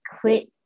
quit